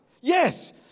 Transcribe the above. Yes